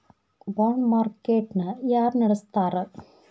Bond market ನ ಯಾರ್ನಡ್ಸ್ತಾರ?